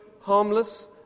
harmless